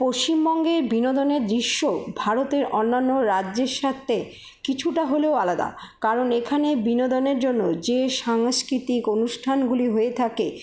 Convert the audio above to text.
পশ্চিমবঙ্গে বিনোদনের দৃশ্য ভারতের অন্যান্য রাজ্যের সাথে কিছুটা হলেও আলাদা কারণ এখানে বিনোদনের জন্য যে সাংস্কৃতিক অনুষ্ঠানগুলি হয়ে থাকে